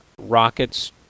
rocket's